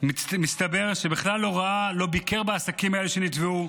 מסתבר שבכלל לא ראה, לא ביקר בעסקים האלה שנתבעו,